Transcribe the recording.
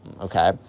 okay